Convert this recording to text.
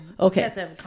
Okay